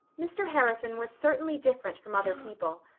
mr. harrison was certainly different from other people.